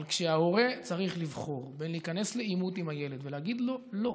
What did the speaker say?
אבל ההורה צריך לבחור בין להיכנס לעימות עם הילד ולהגיד לו "לא",